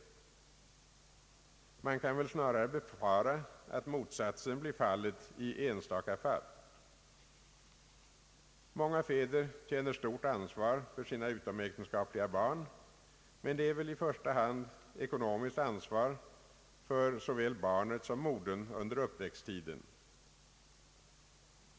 Man kan väl snarare befara att motsatsen blir fallet i enstaka fall. Många fäder känner stort ansvar för sina utomäktenskapliga barn, men det är väl i första hand ett ekonomiskt ansvar för såväl barnet som modern under uppväxttiden.